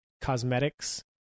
cosmetics